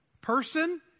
person